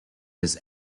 this